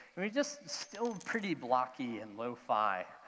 and we're just still pretty blocky and low fi,